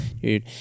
dude